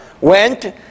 went